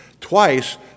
twice